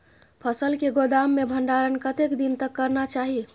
फसल के गोदाम में भंडारण कतेक दिन तक करना चाही?